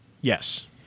Yes